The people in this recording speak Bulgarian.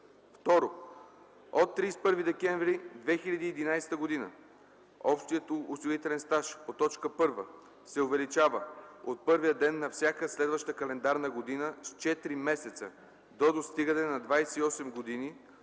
2. от 31 декември 2011 г. – общият осигурителен стаж по т. 1 се увеличава от първия ден на всяка следваща календарна година с 4 месеца до достигане на 28 години,